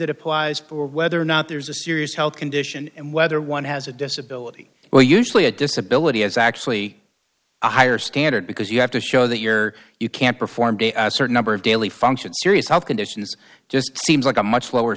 that applies or whether or not there's a serious health condition and whether one has a disability or usually a disability is actually a higher standard because you have to show that your you can't perform a certain number of daily functions serious health conditions just seems like a much lower